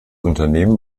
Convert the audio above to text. unternehmen